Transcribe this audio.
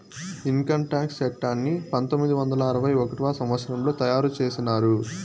income tax చట్టాన్ని పంతొమ్మిది వందల అరవై ఒకటవ సంవచ్చరంలో తయారు చేసినారు